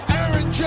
Aaron